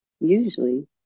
Usually